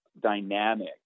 dynamic